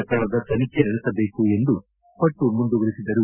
ಪ್ರಕರಣದ ತನಿಖೆ ನಡೆಸಬೇಕು ಎಂದು ಪಟ್ಟು ಮುಂದುವರಿಸಿದರು